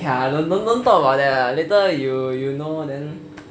okay lah don't don't talk about that lah later you know then